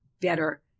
better